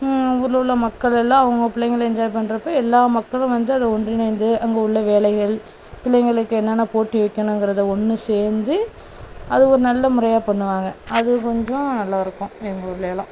ஊரில் உள்ள மக்களெல்லாம் அவங்க பிள்ளைங்கள என்ஜாய் பண்றப்போ எல்லா மக்களும் வந்து அதை ஒன்றிணைந்து அங்கே உள்ள வேலைகள் பிள்ளைங்களுக்கு என்னான்ன போட்டி வைக்கணுங்குறதை ஒன்று சேர்ந்து அது ஒரு நல்ல முறையாக பண்ணுவாங்க அது கொஞ்சம் நல்லா இருக்கும் எங்கள் ஊரில் எல்லாம்